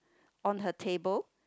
on her table